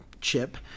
Chip